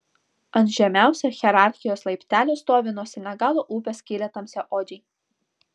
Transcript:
ant žemiausio hierarchijos laiptelio stovi nuo senegalo upės kilę tamsiaodžiai